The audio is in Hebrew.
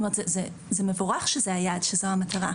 זה מבורך שזו המטרה.